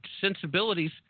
sensibilities